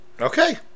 Okay